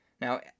Now